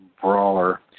brawler